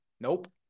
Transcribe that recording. Nope